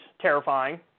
terrifying